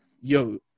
yo